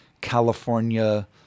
California